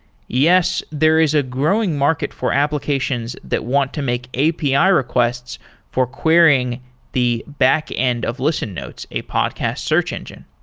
yes, there is a growing market for applications that want to make api requests for querying the backend of listen notes, a podcast search engine.